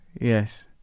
Yes